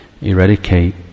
eradicate